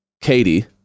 Katie